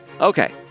Okay